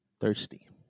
Thirsty